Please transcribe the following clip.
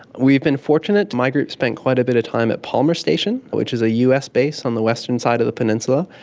we've been fortunate, my group spent quite a bit of time at palmer station, which is a us base on the western side of the peninsula.